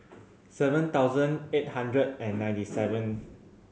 seven thousand eight hundred and ninety seven